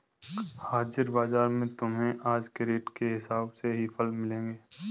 हाजिर बाजार में तुम्हें आज के रेट के हिसाब से ही फल मिलेंगे